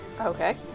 okay